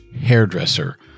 hairdresser